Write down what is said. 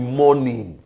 morning